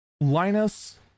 Linus